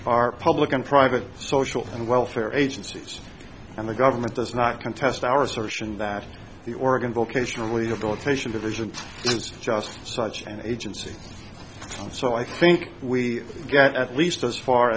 evidence are public and private social and welfare agencies and the government does not contest our assertion that the oregon vocational rehabilitation division is just such an agency and so i think we got at least as far